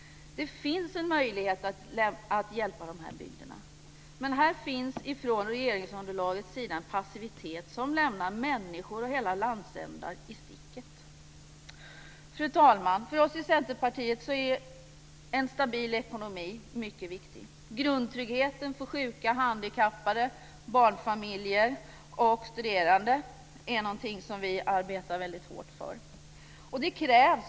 Det finns en möjlighet att hjälpa dessa bygder. Men här finns från regeringsunderlagets sida en passivitet som lämnar människor och hela landsändar i sticket. Fru talman! För oss i Centerpartiet är en stabil ekonomi mycket viktig. Grundtryggheten för sjuka, handikappade, barnfamiljer och studerande är något som vi arbetar mycket hårt för.